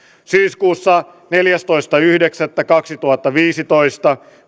syyskuussa neljästoista yhdeksättä kaksituhattaviisitoista